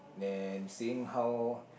then seeing how